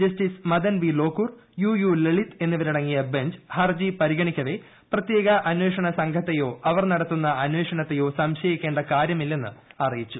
justice Madan B Lokur U U Lalit എന്നിവരടങ്ങിയ bench ഹർജി പരിഗണിക്കവേ പ്രത്യേക അന്വേഷണ സംഘത്തേയ്ക്കോ അവർ നടത്തുന്ന അന്വേഷണത്തേയോ സംശയിക്കേണ്ട ക്ട്രി്ട്യ്മില്ലെന്ന് അറിയിച്ചു